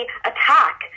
attack